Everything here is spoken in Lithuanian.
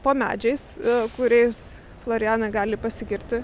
po medžiais kuriais floriana gali pasigirti